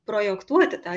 projektuoti tą